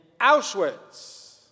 Auschwitz